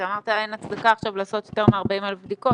אתה אמרת שאין הצדקה עכשיו לעשות יותר מ-40,000 בדיקות.